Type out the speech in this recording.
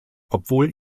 obwohl